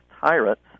tyrants